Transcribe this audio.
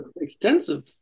extensive